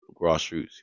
grassroots